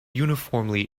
uniformly